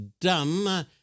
dumb